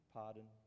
pardon